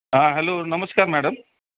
हा हॅलो नमस्कार मॅडम